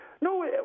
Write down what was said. No